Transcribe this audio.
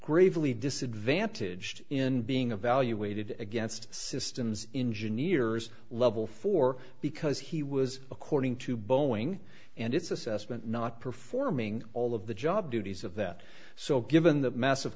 gravely disadvantaged in being a value weighted against systems engineers level for because he was according to boeing and its assessment not performing all of the job duties of that so given that mass